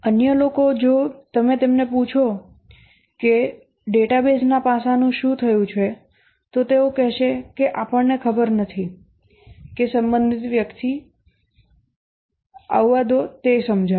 અન્ય લોકો જો તમે તેમને પૂછો કે ડેટાબેઝના પાસાનું શું થયું છે તો તેઓ કહેશે કે આપણને ખબર નથી કે સંબંધિત વ્યક્તિ આવવા દો તે સમજાવે